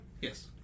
Yes